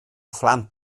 phlant